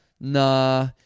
Nah